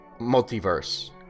Multiverse